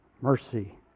mercy